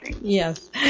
yes